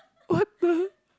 what the